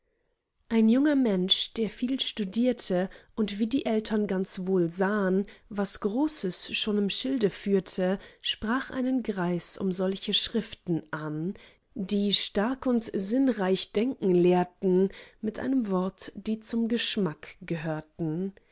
ein junger mensch der viel studierte und wie die eltern ganz wohl sahn was großes schon im schilde führte sprach einen greis um solche schriften an die stark und sinnreich denken lehrten mit einem wort die zum geschmack gehörten